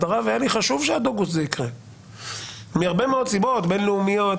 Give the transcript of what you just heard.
הוא ודאי יהיה שונה בהסדריו ממה שהיה בפעמים הקודמות.